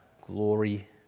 glory